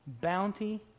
bounty